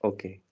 Okay